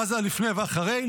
מה זה לפני ואחרי?